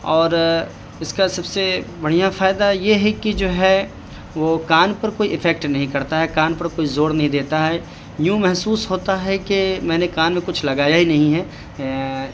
اور اس کا سب سے بڑھیا فائدہ یہ ہے کہ جو ہے وہ کان پر کوئی افیکٹ نہیں کرتا ہے کان پر کوئی زور نہیں دیتا ہے یوں محسوس ہوتا ہے کہ میں نے کان میں کچھ لگایا ہی نہیں ہے